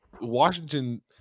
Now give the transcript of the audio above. Washington